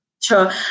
Sure